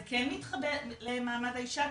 זה כן מתחבר למעמד האישה,